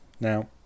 Now